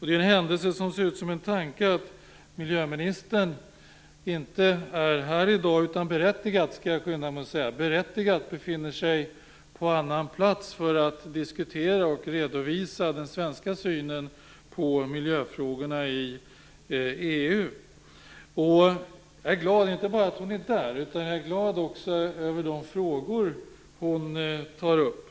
Det är en händelse som ser ut som en tanke att miljöministern inte är här i dag, utan berättigat - det skall jag skynda mig att säga - befinner sig på annan plats för att diskutera och redovisa den svenska synen på miljöfrågorna i EU. Jag är glad inte bara att hon är där, utan också över de frågor hon tar upp.